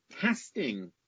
testing